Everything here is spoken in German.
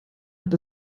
hat